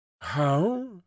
How